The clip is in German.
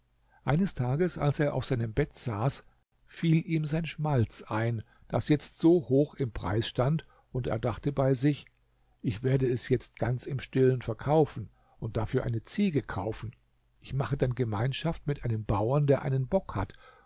eines tages als er auf seinem bett saß fiel ihm sein schmalz ein das jetzt so hoch im preis stand und er dachte bei sich ich werde es jetzt ganz im stillen verkaufen und dafür eine ziege kaufen ich mache dann gemeinschaft mit einem bauern der einen bock hat